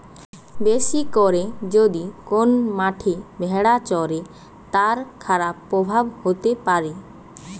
বেশি করে যদি কোন মাঠে ভেড়া চরে, তার খারাপ প্রভাব হতে পারে